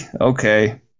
Okay